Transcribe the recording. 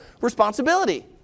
responsibility